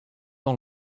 dans